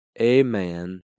amen